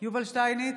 יובל שטייניץ,